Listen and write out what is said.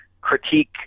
critique